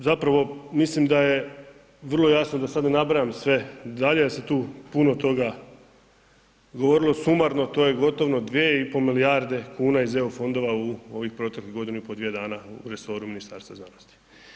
Više od zapravo mislim da je vrlo jasno, da sada ne nabrajam sve dalje, jer se tu puno toga govorilo, sumarno, to je gotovo 2,5 milijarde kuna iz EU fondova, u ove protekle godinu i pol dvije dana u resoru Ministarstva znanosti.